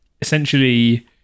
essentially